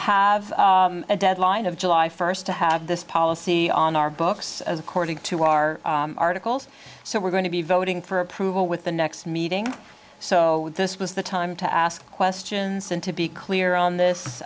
have a deadline of july first to have this policy on our books according to our articles so we're going to be voting for approval with the next meeting so this was the time to ask questions and to be clear on this